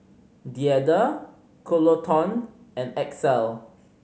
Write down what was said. Deirdre Coleton and Axel